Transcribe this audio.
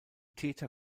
täter